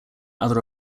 other